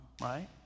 right